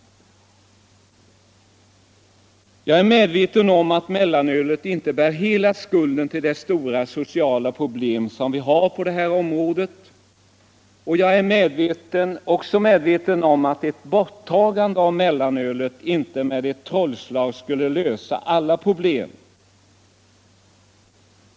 Jag är medveten om att mellanölet inte bär hela skulden till de stora sociala problemen på detta område. Jag är också medveten om att ett borttagande av mellanölet inte med ett trollslag skulle lösa alla problem.